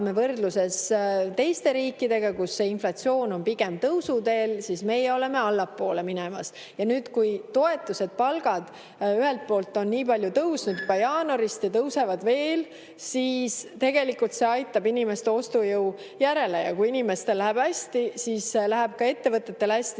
võrdluses teiste riikidega, kus inflatsioon on pigem tõusuteel, siis meie oleme allapoole minemas. Ja nüüd, kui toetused ja palgad on nii palju tõusnud, ka jaanuarist tõusevad veel, siis tegelikult see aitab inimeste ostujõu järele. Ja kui inimestel läheb hästi, siis läheb ka ettevõtetel hästi,